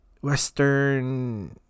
Western